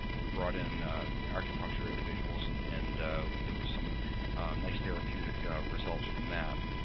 we brought in acupuncture individuals and and there was some nice therapeutic results from that.